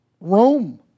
Rome